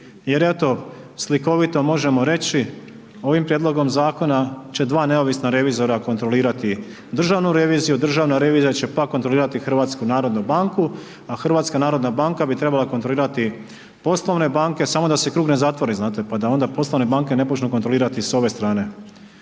eto slikovito možemo reći, ovim prijedlogom zakona će dva neovisna revizora kontrolirati državnu reviziju, državna revizija će pak kontrolirati HNB, a HNB bi trebala kontrolirati poslovne banke samo da se krug ne zatvori, znate, pa da onda i poslovne ne počnu kontrolirati s ove strane.